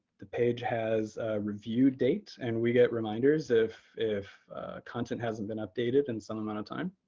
the page has a review date and we get reminders if if content hasn't been updated in some amount of time.